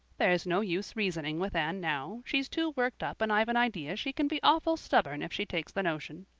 there's no use reasoning with anne now. she's too worked up and i've an idea she can be awful stubborn if she takes the notion.